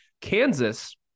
Kansas